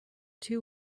two